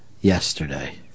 yesterday